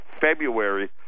February